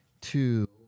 two